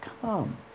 come